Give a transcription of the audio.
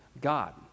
God